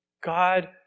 God